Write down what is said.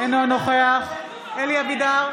אינו נוכח אלי אבידר,